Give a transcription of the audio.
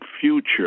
future